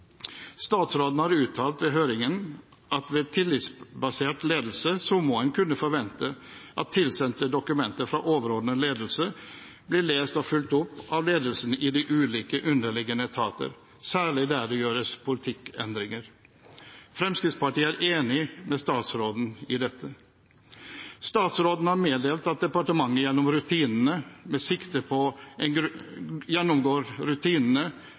Statsråden har uttalt i høringen at ved tillitsbasert ledelse må en kunne forvente at tilsendte dokumenter fra overordnet ledelse blir lest og fulgt opp av ledelsen i de ulike underliggende etater, særlig der det gjøres politikkendringer. Fremskrittspartiet er enig med statsråden i dette. Statsråden har meddelt at departementet gjennomgår rutinene med sikte på en